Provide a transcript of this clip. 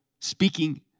speaking